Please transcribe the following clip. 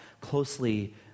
closely